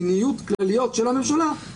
הזה שבו הרציונל שנוגע למדיניות לא חל למיטב